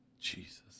Jesus